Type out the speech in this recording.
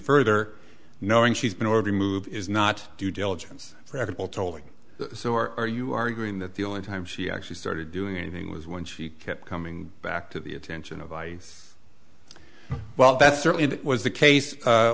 further knowing she's been already moved is not due diligence for ethical tolling or are you arguing that the only time she actually started doing anything was when she kept coming back to the attention of ice well that certainly was the case